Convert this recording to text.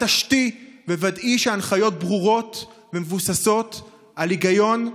התעשתי וודאי שההנחיות ברורות ומבוססות על היגיון,